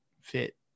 fit